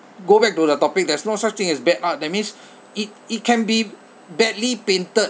go back to the topic there's no such thing as bad art that means it it can be badly painted